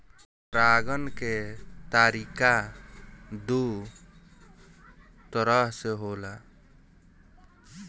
परागण के तरिका दू तरह से होला